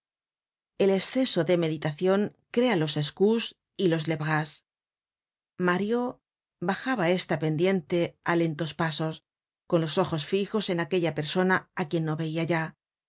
el esceso de meditacion crea los escousse y los lebrás mario bajaba esta pendiente á lentos pasos con los ojos fijos en aquella persona á quien no veia ya